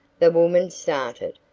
the woman started.